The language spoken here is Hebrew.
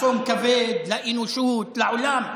אסון כבד לאנושות ולעולם,